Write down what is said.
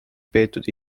peetud